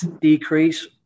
decrease